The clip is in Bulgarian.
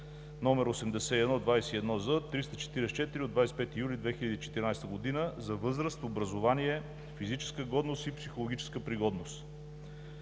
№ 8121з-344 от 25 юли 2014 г. за възраст, образование, физическа годност и психологическа пригодност.